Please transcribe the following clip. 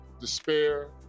despair